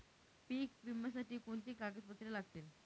पीक विम्यासाठी कोणती कागदपत्रे लागतील?